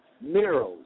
mirrors